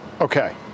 Okay